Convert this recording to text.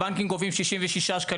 הבנקים גובים 67 שקלים,